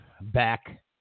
back